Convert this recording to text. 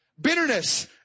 bitterness